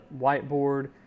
whiteboard